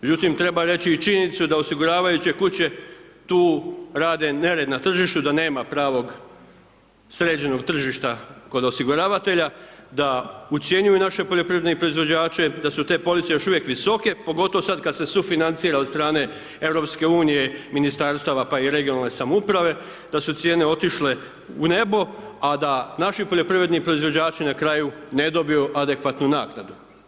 Međutim, treba reći i činjenicu da osiguravajuće kuće tu rade nered na tržištu, da nema pravog sređenog tržišta kod osiguravatelja, da ucjenjuju naše poljoprivredne proizvođače, da su te police još uvijek visoke, pogotovo sad kad se sufinancira od strane EU, Ministarstava, pa i regionalne samouprave, da su cijene otišle u nebo, a da naši poljoprivredni proizvođači na kraju ne dobiju adekvatnu naknadu.